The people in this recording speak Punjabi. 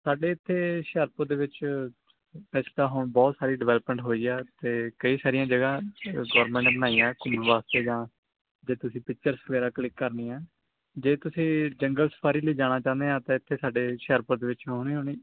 ਸਾਡੇ ਇੱਥੇ ਹੁਸ਼ਿਆਰਪੁਰ ਦੇ ਵਿੱਚ ਵੈਸੇ ਤਾਂ ਹੁਣ ਬਹੁਤ ਸਾਰੀ ਡਿਵੈਲਪਮੈਂਟ ਹੋਈ ਆ ਅਤੇ ਕਈ ਸਾਰੀਆਂ ਜਗ੍ਹਾ ਅ ਗੌਰਮੈਂਟ ਨੇ ਬਣਾਈਆਂ ਘੁੰਮਣ ਵਾਸਤੇ ਜਾਂ ਜੇ ਤੁਸੀਂ ਪਿਕਚਰਸ ਵਗੈਰਾ ਕਲਿੱਕ ਕਰਨੀਆਂ ਜੇ ਤੁਸੀਂ ਜੰਗਲ ਸਫਾਰੀ ਲਈ ਜਾਣਾ ਚਾਹੁੰਦੇ ਹਾਂ ਤਾਂ ਇੱਥੇ ਸਾਡੇ ਹੁਸ਼ਿਆਰਪੁਰ ਦੇ ਵਿਚ ਹੋਣੀ ਹੋਣੀ